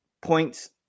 points